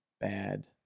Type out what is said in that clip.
bad